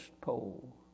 Pole